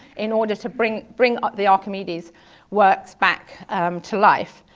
in order to bring bring the archimedes works back to life.